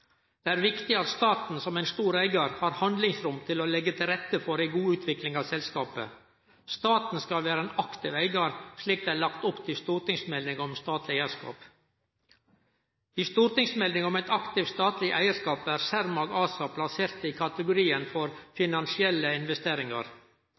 Det er viktig at staten som ein stor eigar har handlingsrom til å leggje til rette for ei god utvikling av selskapet. Staten skal vere ein aktiv eigar, slik det er lagt opp til i stortingsmeldinga om statleg eigarskap. I stortingsmeldinga om ein aktiv statleg eigarskap er Cermaq ASA plassert i kategorien for